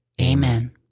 Amen